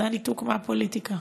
זה הניתוק מהפוליטיקה.